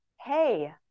Hey